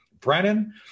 Brennan